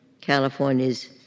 California's